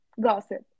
gossip